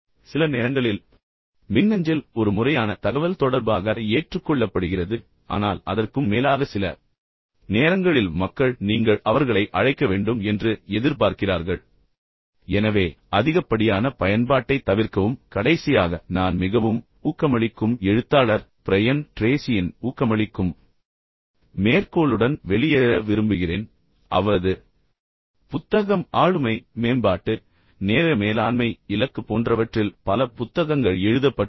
சில நேரங்களில் மின்னஞ்சல் ஒரு முறையான தகவல்தொடர்பாக ஏற்றுக்கொள்ளப்படுகிறது ஆனால் அதற்கும் மேலாக சில நேரங்களில் மக்கள் நீங்கள் அவர்களை அழைக்க வேண்டும் என்று எதிர்பார்க்கிறார்கள் அல்லது நீங்கள் அவர்களை சந்தித்து அவர்களுடன் பேசுங்கள் எனவே அதிகப்படியான பயன்பாட்டைத் தவிர்க்கவும் கடைசியாக நான் மிகவும் ஊக்கமளிக்கும் எழுத்தாளர் பிரையன் ட்ரேசியின் ஊக்கமளிக்கும் மேற்கோளுடன் வெளியேற விரும்புகிறேன் அவரது புத்தகம் ஆளுமை மேம்பாட்டு நேர மேலாண்மை இலக்கு போன்றவற்றில் பல புத்தகங்கள் எழுதப்பட்டுள்ளன